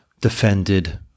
defended